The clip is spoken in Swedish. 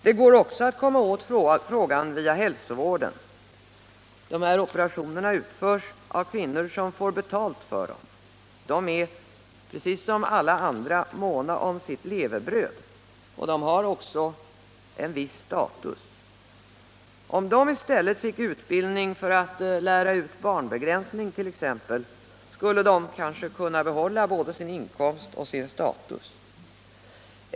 Det går också att komma åt frågan via hälsovården. De här operationerna utförs av kvinnor som får betalt för dem. De är, precis som alla andra, måna om sitt levebröd, och de har också en viss status. Om de i stället fick utbildning t.ex. för att lära ut barnbegränsning skulle de kanske kunna behålla både sin inkomst och sin status.